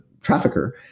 trafficker